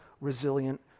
resilient